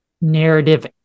narrative